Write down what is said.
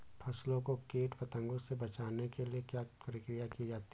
फसलों को कीट पतंगों से बचाने के लिए क्या क्या प्रकिर्या की जाती है?